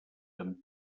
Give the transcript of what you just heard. amb